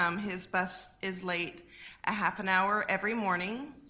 um his bus is late a half an hour every morning.